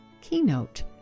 keynote